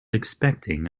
expecting